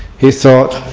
he thought